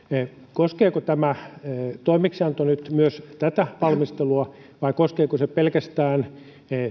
koskeeko tämä toimeksianto nyt myös tätä valmistelua vai koskeeko se pelkästään